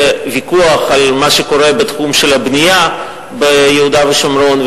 וויכוח על מה שקורה בתחום הבנייה ביהודה ושומרון,